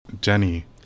Jenny